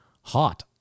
Hot